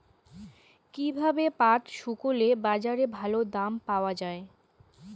কীভাবে পাট শুকোলে বাজারে ভালো দাম পাওয়া য়ায়?